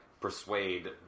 persuade